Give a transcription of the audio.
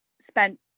spent